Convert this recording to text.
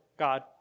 God